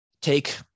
Take